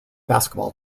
basketball